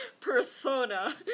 persona